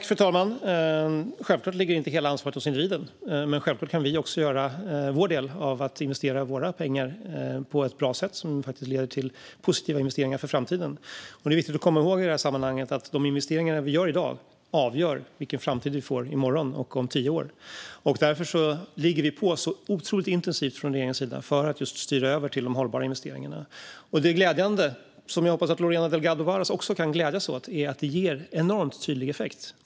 Fru talman! Självklart ligger inte hela ansvaret hos individen, men vi som individer kan också göra vår del när det gäller att investera våra pengar på ett bra sätt som innebär positiva investeringar för framtiden. Det är i det här sammanhanget viktigt att komma ihåg att de investeringar vi gör i dag avgör vilken framtid vi får i morgon och om tio år. Därför ligger vi på otroligt intensivt från regeringens sida för att just styra över till hållbara investeringar. Det är glädjande, och jag hoppas att Lorena Delgado Varas också kan glädjas åt detta, att det ger enormt tydlig effekt.